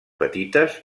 petites